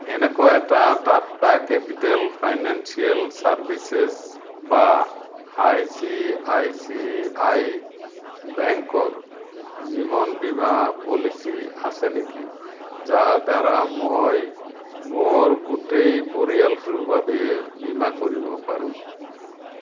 এনেকুৱা এটা Tata capital financial services বা I C I C I বেংকৰ জীৱন বীমা পলিচী আছে নেকি যাৰ দ্বাৰা মই মোৰ গোটেই পৰিয়ালটোৰ বাবে বীমা কৰিব পাৰোঁ